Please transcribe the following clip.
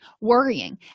worrying